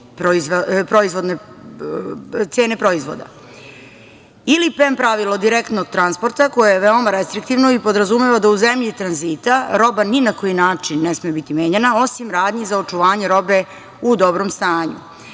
PEM pravilo direktnog transporta koje je veoma restriktivno i podrazumeva da u zemlji tranzita roba ni na koji način ne sme biti menjana, osim radnji za očuvanje robe u dobrom stanju.